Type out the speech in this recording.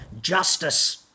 justice